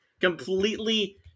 Completely